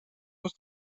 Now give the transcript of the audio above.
was